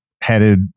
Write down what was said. headed